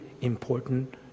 important